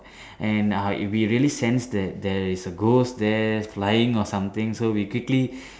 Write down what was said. and uh we really sense that there is a ghost there flying or something so we quickly